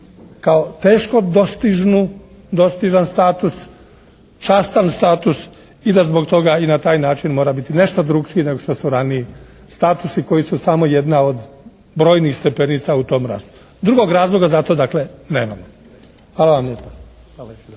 kao teško dostižan status, častan status i da zbog toga i na taj način mora biti nešto drukčiji nego što su raniji statusi koji su samo jedna od brojnih stepenica u tom rastu. Drugog razloga za to dakle nemamo. Hvala vam lijepa.